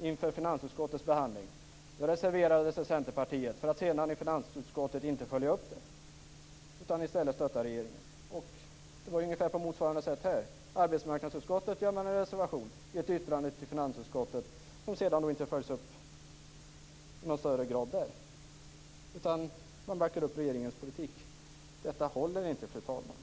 inför finansutskottets behandling. Där reserverade sig Centerpartiet, för att sedan inte följa upp det i finansutskottet utan i stället stötta regeringen. Det var ungefär på motsvarande sätt här. I arbetsmarknadsutskottet gör man en reservation, i ett yttranden till finansutskottet, som sedan inte följs upp i någon större grad utan man backar upp regeringens politik. Det håller inte, fru talman.